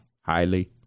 Highly